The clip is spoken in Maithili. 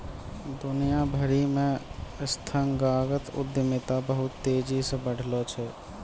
दुनिया भरि मे संस्थागत उद्यमिता बहुते तेजी से बढ़लो छै